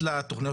התייחסת לתכניות